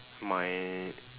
my